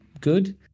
good